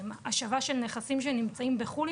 השבה של נכסים שנמצאים בחו"ל,